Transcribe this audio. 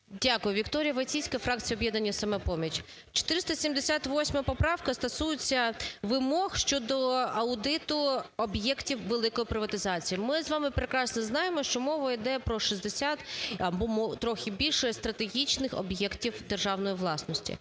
Дякую. ВікторіяВойціцька, фракція "Об'єднання "Самопоміч". 478 поправка стосується вимог щодо аудиту об'єктів великої приватизації. Ми з вами прекрасно знаємо, що мова йде про 60 або трохи більше стратегічних об'єктів державної власності.